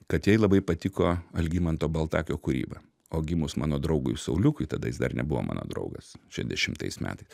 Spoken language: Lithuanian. kad jai labai patiko algimanto baltakio kūryba o gimus mano draugui sauliukui tada jis dar nebuvo mano draugas šešiasdešimtais metais